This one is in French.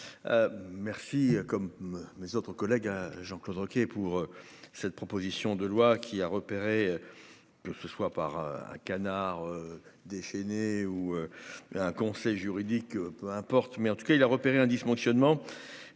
merci, comme mes autres collègues à Jean-Claude Requier pour cette proposition de loi qui a repéré que ce soit par un canard déchaîné ou un conseil juridique, peu importe, mais en tout cas, il a repéré un dysfonctionnement